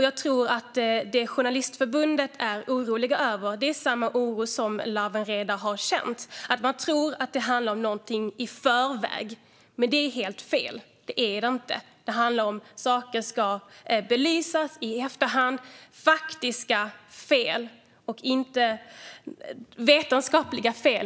Jag tror att Journalistförbundets oro är densamma som Lawen Redar har känt, nämligen att man tror att det handlar om någonting i förväg. Det är helt fel. Så är det inte. Det handlar om att saker ska belysas i efterhand, till exempel vetenskapliga fel.